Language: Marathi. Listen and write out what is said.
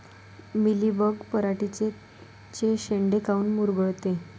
मिलीबग पराटीचे चे शेंडे काऊन मुरगळते?